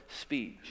speech